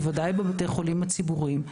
בוודאי בבתי החולים הציבוריים.